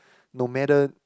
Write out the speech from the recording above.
no matter